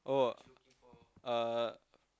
oh uh